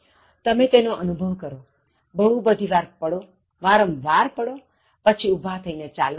તમે તેનો અનુભવ કરોબહુ બધી વારવારંવાર પડો અને પછી ઉભા થઇ ને ચાલવા લાગો